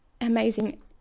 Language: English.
amazing